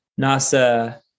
Nasa